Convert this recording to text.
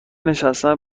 نشستن